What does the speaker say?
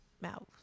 mouth